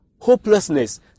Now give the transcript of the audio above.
hopelessness